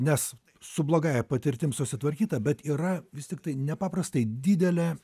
nes su blogąja patirtim susitvarkyta bet yra vis tiktai nepaprastai didelė